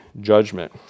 judgment